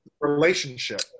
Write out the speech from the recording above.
relationship